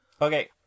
Okay